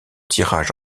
tirage